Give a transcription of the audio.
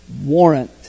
warrant